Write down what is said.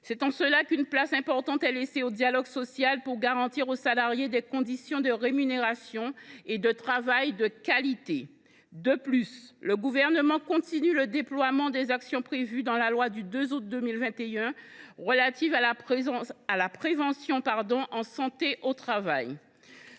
et valorisant. Une place importante est donc laissée au dialogue social, pour garantir aux salariés des conditions de rémunération et de travail de qualité. De plus, le Gouvernement continue de déployer les actions prévues dans la loi du 2 août 2021 relative à la prévention en santé au travail.